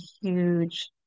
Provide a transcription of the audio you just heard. huge